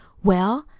well?